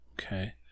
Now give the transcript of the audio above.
okay